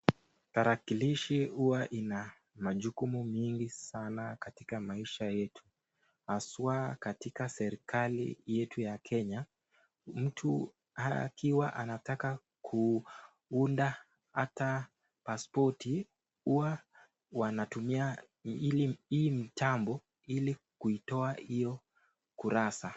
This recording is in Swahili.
Tarakilishi huwa ina majukumu mingi sana katika maisha yetu haswaa katika serikali yetu ya Kenya, mtu akiwa anataka kuunda hata pasipoti huwa wanatumia hii mitambo ili kuitoa hiyo kurasa.